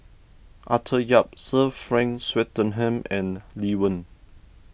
Arthur Yap Sir Frank Swettenham and Lee Wen